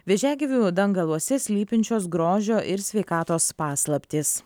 vėžiagyvių dangaluose slypinčios grožio ir sveikatos paslaptys